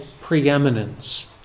preeminence